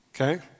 okay